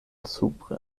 supren